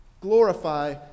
Glorify